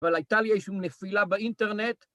אבל הייתה לי איזשהו נפילה באינטרנט.